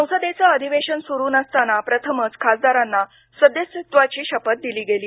संसदेचं अधिवेशन सुरु नसताना प्रथमच खासदारांना सदस्यत्वाची शपथ दिली गेली